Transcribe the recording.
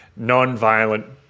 nonviolent